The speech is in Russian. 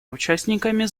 участниками